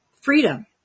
freedom